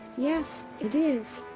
yes. it is.